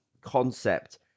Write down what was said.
concept